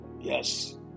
yes